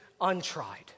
untried